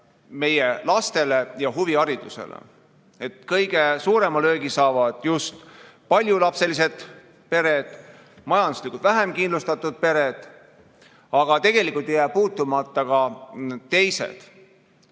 meie lastele ja huviharidusele? Kõige suurema löögi saavad just paljulapselised pered ja üldse majanduslikult vähem kindlustatud pered, aga tegelikult ei jää puutumata ka teised.